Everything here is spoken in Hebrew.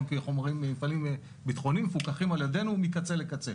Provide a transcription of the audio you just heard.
כחומרים ממפעלים ביטחוניים מפוקחים על ידינו מקצה לקצה,